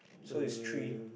so is three